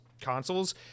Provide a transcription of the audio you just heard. consoles